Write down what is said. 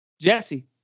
Jesse